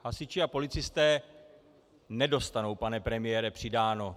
Hasiči a policisté nedostanou, pane premiére, přidáno.